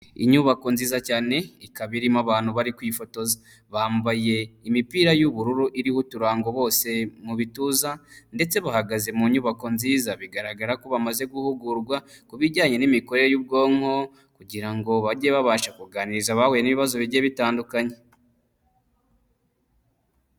Inyubako nziza cyane, ikaba irimo abantu bari kwifotoza, bambaye imipira y'ubururu iriho uturango bose mu bituza ndetse bahagaze mu nyubako nziza, bigaragara ko bamaze guhugurwa ku bijyanye n'imikorere y'ubwonko kugira ngo bajye babasha kuganiriza abahuye n'ibibazo bigiye bitandukanye.